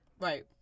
Right